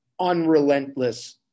unrelentless